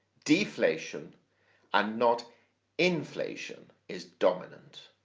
deflation and not inflation is dominant